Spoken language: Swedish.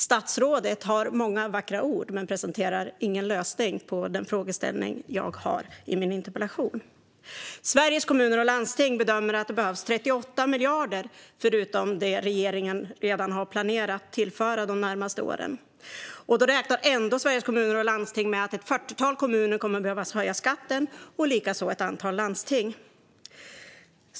Statsrådet har många vackra ord men presenterar ingen lösning på den frågeställning jag har i min interpellation. Sveriges Kommuner och Landsting bedömer att det behövs 38 miljarder, förutom det regeringen redan har planerat att tillföra de närmaste åren. Och då räknar ändå Sveriges Kommuner och Landsting med att ett fyrtiotal kommuner och ett antal landsting kommer att behöva höja skatten.